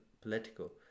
political